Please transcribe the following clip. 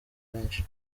benshi